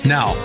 Now